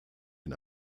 den